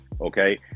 Okay